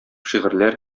шигырьләр